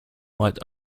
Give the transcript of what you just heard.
might